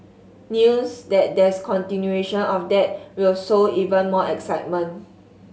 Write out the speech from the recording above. news that there's continuation of that will sow even more excitement